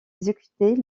exécutée